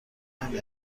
نمی